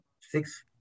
six